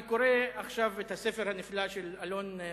אגב, אני קורא עכשיו את הספר הנפלא של אלון חילו,